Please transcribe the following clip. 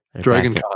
Dragon